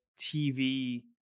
TV